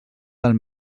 del